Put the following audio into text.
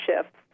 shifts